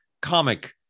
Comic